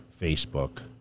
Facebook